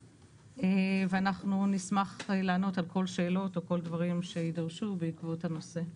ואנחנו נשמח לענות על שאלות ודברים שיידרשו בעקבות הנושא.